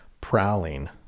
prowling